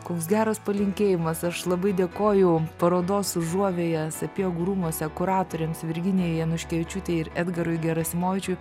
koks geras palinkėjimas aš labai dėkoju parodos užuovėja sapiegų rūmuose kuratoriams virginijai januškevičiūtei ir edgarui gerasimovičiui